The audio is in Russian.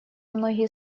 многие